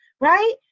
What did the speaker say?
right